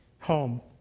home